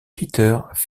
peter